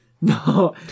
No